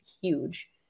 huge